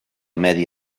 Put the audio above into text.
medi